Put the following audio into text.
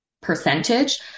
percentage